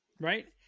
Right